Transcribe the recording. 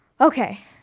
Okay